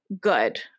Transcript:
good